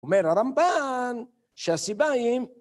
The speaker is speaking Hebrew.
אומר הרמב״ן שהסיבה היא...